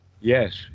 Yes